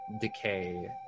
decay